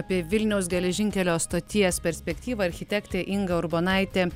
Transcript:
apie vilniaus geležinkelio stoties perspektyvą architektė inga urbonaitė